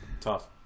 Tough